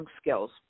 skills